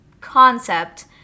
concept